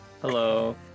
Hello